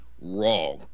wrong